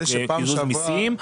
בחוק קיזוז מיסים.